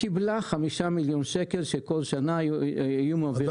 קיבלה חמישה מיליון שקל שכל שנה היו מעבירים לה.